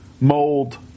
mold